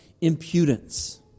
impudence